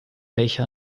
welche